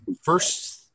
first